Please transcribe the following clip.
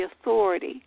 authority